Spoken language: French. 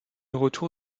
retour